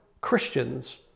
Christians